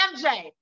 MJ